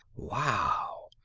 wow!